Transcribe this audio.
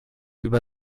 über